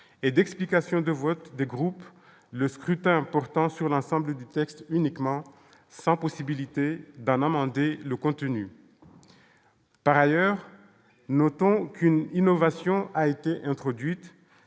et d'explications de vote des groupes le scrutin portant sur l'ensemble du texte uniquement sans possibilité d'un amender le contenu, par ailleurs, notons aucune innovation a été introduite,